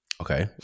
Okay